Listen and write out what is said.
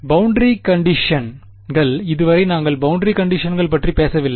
boundary கண்டிஷன்கள் இதுவரை நாங்கள் பௌண்டரி கண்டிஷன்கள் பற்றி பேசவில்லை